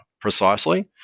precisely